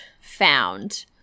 found